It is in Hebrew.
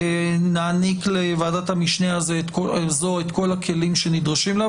נעניק לוועדת המשנה הזאת את כל הכלים שנדרשים לה,